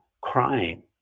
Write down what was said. crying